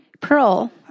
Pearl